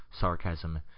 sarcasm